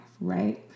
Right